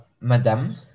Madame